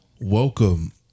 welcome